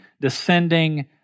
descending